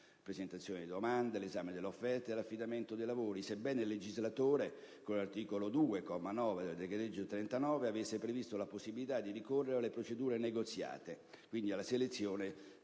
(presentazione delle domande, esame delle offerte e affidamento dei lavori), sebbene il legislatore con l'articolo 2, comma 9, del decreto-legge n. 39 avesse previsto la possibilità di ricorrere alle procedure negoziate (quindi, alla selezione